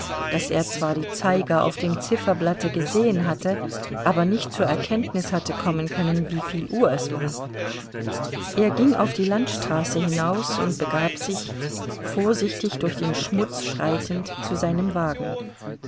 daß er zwar die zeiger auf dem zifferblatte gesehen hatte aber nicht zur erkenntnis hatte kommen können wieviel uhr es war er ging auf die landstraße hinaus und begab sich vorsichtig durch den schmutz schreitend zu seinem wagen